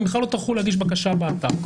היא בכלל לא טרחה להגיש בקשה באתר אלא